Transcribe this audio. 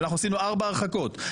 ואנחנו עשינו ארבע הרחקות,